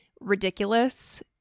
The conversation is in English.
ridiculous